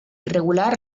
irregular